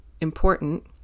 important